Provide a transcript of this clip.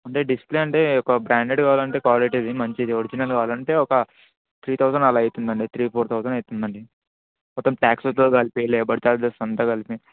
అంటే డిస్ప్లే అంటే ఒక బ్రాండెడ్ కావాలంటే క్వాలిటీది ఒక మంచిది ఒరిజినల్ది కావాలంటే ఒక త్రీ థౌసండ్ అలా అవుతుంది అండి త్రీ ఫోర్ థౌసండ్ అవుతుందండి మొత్తం టాక్సెస్తో కలిపి లేబర్ చార్జిస్ అంతా కలిపి